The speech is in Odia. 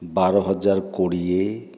ବାର ହଜାର କୋଡ଼ିଏ